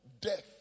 death